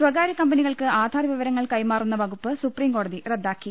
സ്വകാരൃ കമ്പനികൾക്ക് ആധാർ വിവരങ്ങൾ കൈമാറുന്ന വകുപ്പ് സുപ്രീംകോടതി റദ്ദാക്കി